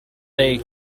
they